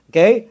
Okay